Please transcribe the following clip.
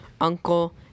uncle